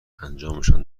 انجامشان